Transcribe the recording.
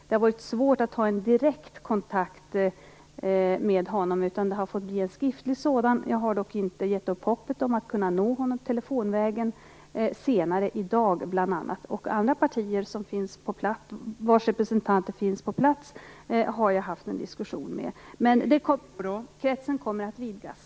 Det har varit svårt att ha en direkt kontakt med honom, utan det har fått bli en skriftlig sådan. Jag har dock inte gett upp hoppet att kunna nå honom telefonvägen senare i dag. Andra partier vars representanter finns på plats har jag haft en diskussion med. Kretsen kommer att vidgas.